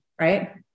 right